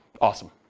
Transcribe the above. Awesome